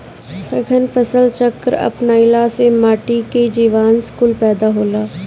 सघन फसल चक्र अपनईला से माटी में जीवांश कुल पैदा होला